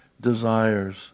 desires